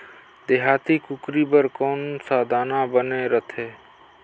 देहाती कुकरी बर कौन सा दाना बने रथे?